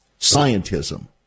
Scientism